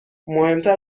مهمتر